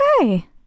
Okay